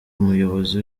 umuyobozi